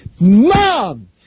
Mom